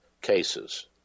cases